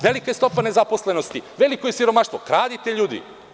Velika je stopa nezaposlenosti, veliko je siromaštvo, kradite ljudi.